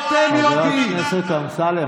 חבר הכנסת אמסלם,